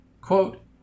Quote